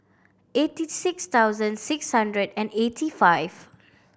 eighty six thousand six hundred and eighty five